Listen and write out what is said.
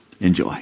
enjoy